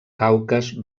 caucas